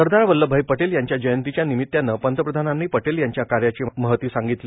सरदार वल्लभभाई पटेल यांच्या जयंतीच्या निमित्तानं पंतप्रधानांनी पटेल यांच्या कार्याची महती सांगितली